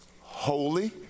holy